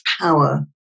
power